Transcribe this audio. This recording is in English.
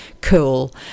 cool